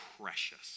precious